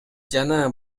жана